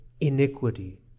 iniquity